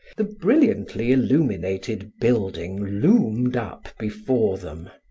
the brilliantly illuminated building loomed up before them.